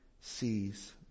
sees